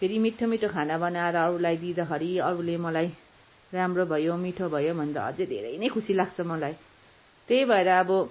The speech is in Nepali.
फेरि मिठो मिठो खाना बनाएर अरूलाई दिँदाखेरि अरूले मलाई राम्रो भयो मिठो भयो भन्दा अझै धेरै नै खुसी लाग्छ मलाई त्यही भएर अब